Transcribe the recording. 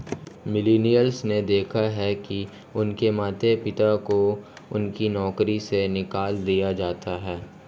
millennials ने देखा है कि उनके माता पिता को उनकी नौकरी से निकाल दिया जाता है